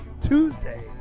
Tuesday